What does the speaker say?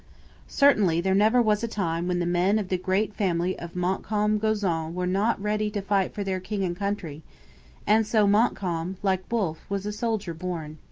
certainly there never was a time when the men of the great family of montcalm-gozon were not ready to fight for their king and country and so montcalm, like wolfe, was a soldier born.